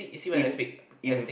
in in